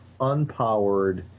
unpowered